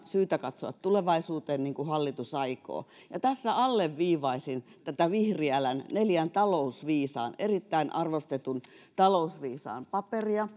syytä katsoa tulevaisuuteen niin kuin hallitus aikoo ja tässä alleviivaisin tätä vihriälän neljän talousviisaan erittäin arvostetun talousviisaan paperia